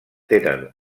tenen